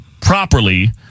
properly